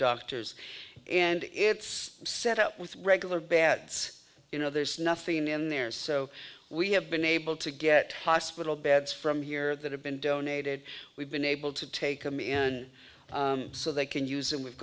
doctors and it's set up with regular bat you know there's nothing in there so we have been able to get hospital beds from here that have been donated we've been able to take a me and so they can use and we've